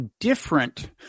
different